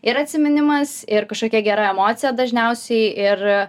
ir atsiminimas ir kažkokia gera emocija dažniausiai ir